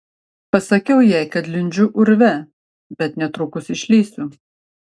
pasakiau jai kad lindžiu urve bet netrukus išlįsiu